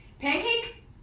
Pancake